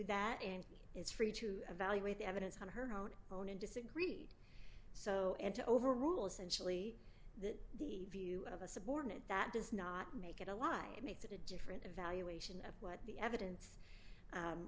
that and it's free to evaluate the evidence on her own own and disagreed so and to overrule essentially that the view of a subordinate that does not make it a lie makes a different evaluation of what the evidence